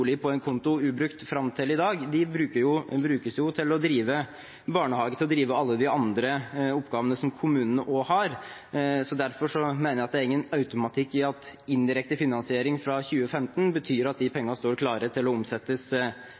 på en konto ubrukt fram til i dag. De brukes jo til å drive barnehager og til alle de andre oppgavene kommunene også har. Det er derfor ingen automatikk i at indirekte finansiering fra 2015 betyr at de pengene står klare til å omsettes